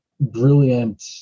brilliant